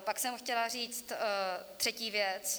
Pak jsem chtěla říct třetí věc.